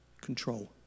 control